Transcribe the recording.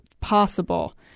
possible